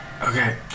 Okay